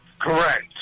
Correct